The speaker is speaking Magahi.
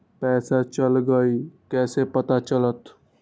पैसा चल गयी कैसे पता चलत?